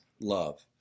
love